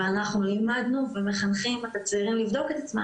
אנחנו לימדנו ומחנכים את הצעירים לבדוק את עצמם